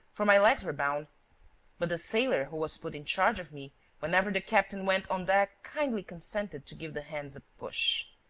for my legs were bound but the sailor who was put in charge of me whenever the captain went on deck kindly consented to give the hands a push.